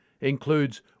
includes